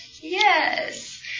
Yes